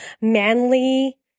manly